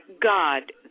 God